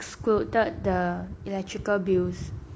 excluded the electrical bills